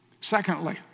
Secondly